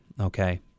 Okay